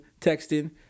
texting